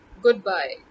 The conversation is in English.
Goodbye